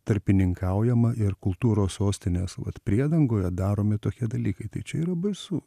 tarpininkaujama ir kultūros sostinės vat priedangoje daromi tokie dalykai tai čia yra baisu